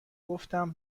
گفتم